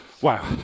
Wow